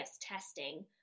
testing